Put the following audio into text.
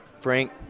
Frank